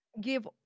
give